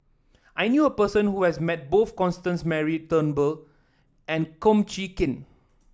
I knew a person who has met both Constance Mary Turnbull and Kum Chee Kin